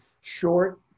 short